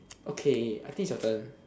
okay I think it's your turn